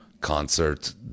concert